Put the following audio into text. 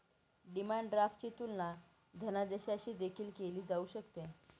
demand ड्राफ्टची तुलना धनादेशाशी देखील केली जाऊ शकते